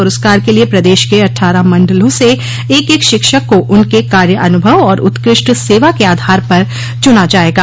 पुरस्कार के लिए प्रदेश के अट्ठारह मंडलों से एक एक शिक्षक को उनके कार्य अनुभव और उत्कृष्ट सेवा के आधार पर चुना जायेगा